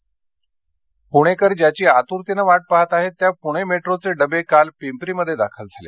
metro पुणेकर ज्याची आतुरतेने वाट पाहत आहेत त्या पुणे मेट्रोचे डबे काल पिंपरीमध्ये दाखल झाले